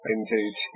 Indeed